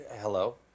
Hello